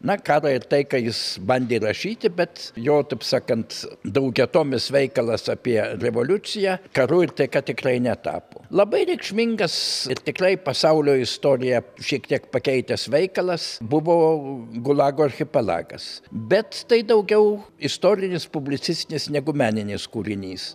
na karą ir taiką jis bandė rašyti bet jo taip sakant daugiatomis veikalas apie revoliuciją karu ir taika tikrai netapo labai reikšmingas ir tikrai pasaulio istoriją šiek tiek pakeitęs veikalas buvo gulago archipelagas bet tai daugiau istorinis publicistinis negu meninis kūrinys